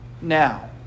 now